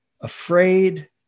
afraid